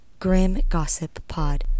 grimgossippod